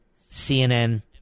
CNN